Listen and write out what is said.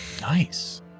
Nice